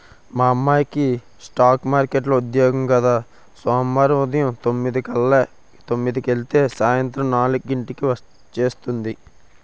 మా అమ్మాయికి స్ఠాక్ మార్కెట్లో ఉద్యోగం కద సోమవారం ఉదయం తొమ్మిదికెలితే సాయంత్రం నాలుక్కి ఇంటికి వచ్చేస్తుంది